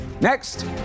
Next